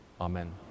Amen